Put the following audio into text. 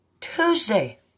Tuesday